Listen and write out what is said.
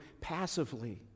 passively